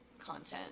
content